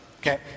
Okay